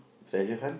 treasure hunt